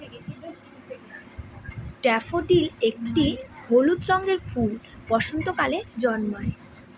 daffodil একটি হলুদ রঙের ফুল বসন্তকালে জন্মায়